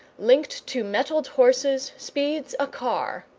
linked to mettled horses, speeds a car.